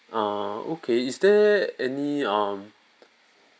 oh okay is there any um